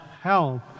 help